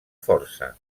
força